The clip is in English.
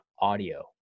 audio